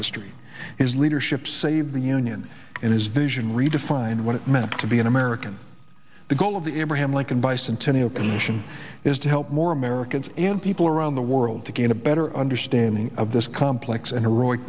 history his leadership save the union and his vision redefined what it meant to be an american the goal of the abraham lincoln bicentennial commission is to help more americans and people around the world to gain a better understanding of this complex and